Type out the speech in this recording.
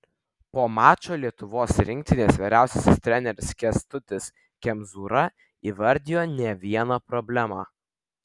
po mačo lietuvos rinktinės vyriausiasis treneris kęstutis kemzūra įvardijo ne vieną problemą